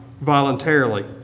voluntarily